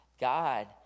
God